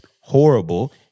horrible